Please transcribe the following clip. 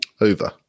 Over